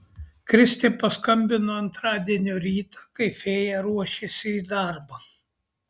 kristė paskambino antradienio rytą kai fėja ruošėsi į darbą